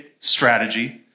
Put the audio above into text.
strategy